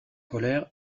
polaire